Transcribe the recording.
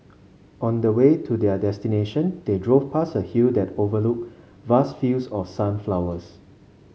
on the way to their destination they drove past a hill that overlooked vast fields of sunflowers